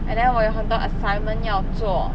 and then 我有很多 assignment 要做